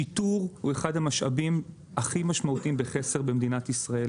שיטור הוא אחד המשאבים הכי משמעותיים בחסר במדינת ישראל.